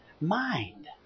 Mind